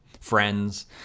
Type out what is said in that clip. friends